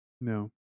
No